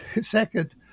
second